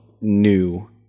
new